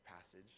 passage